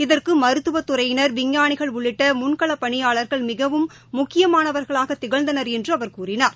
இதற்குமருத்துவத் துறையினர் விஞ்ஞானிகள் உள்ளிட்டமுன்களப் பணியாளர்கள் மிகவும் முக்கியமானவர்களாகதிகழ்ந்தனர் என்றுஅவர் கூறினார்